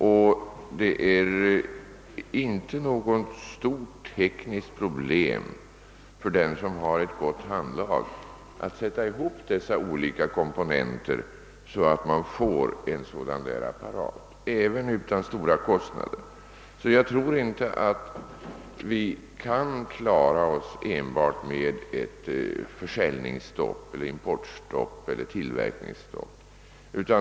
Och det är inte något stort tekniskt problem för den som har ett gott handlag att sätta ihop de olika komponenterna till en sådan avlyssningsapparat; kostnaderna blir inte stora. Jag tror därför inte att vi kan klara oss enbart med ett försäljningsstopp, ett importstopp eller ett tillverkningsstopp.